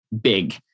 big